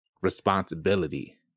responsibility